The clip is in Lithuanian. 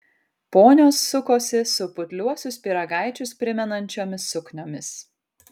ponios sukosi su putliuosius pyragaičius primenančiomis sukniomis